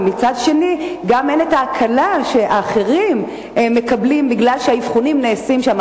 ומצד שני גם אין ההקלה שהאחרים מקבלים בגלל שהאבחונים נעשים שם.